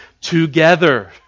together